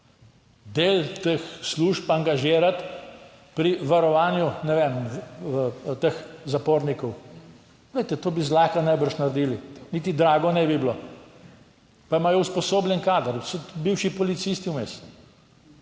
del teh služb angažirati pri varovanju, ne vem, teh zapornikov. Glejte to bi zlahka najbrž naredili, niti drago ne bi bilo, pa imajo usposobljen kader vsi bivši policisti vmes.